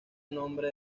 nombre